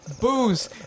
booze